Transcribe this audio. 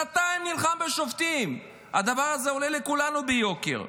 שנתיים נלחם בשופטים, הדבר הזה עולה לכולנו ביוקר,